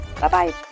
Bye-bye